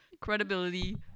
Credibility